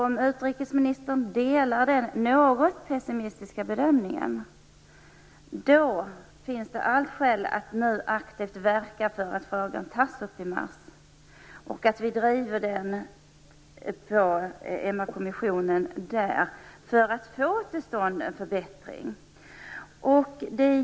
Om utrikesministern delar denna något pessimistiska bedömning, finns det alla skäl att nu aktivt verka för att frågan tas upp och drivs i MR kommissionen i mars för att få till stånd en förbättring.